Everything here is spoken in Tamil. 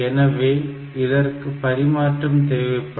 எனவே இதற்கு பரிமாற்றம் தேவைப்படும்